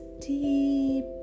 deep